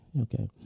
Okay